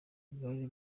bwari